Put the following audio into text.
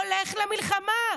הולך למלחמה?